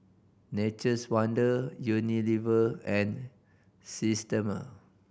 Nature's Wonder Unilever and Systema